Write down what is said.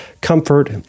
Comfort